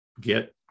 get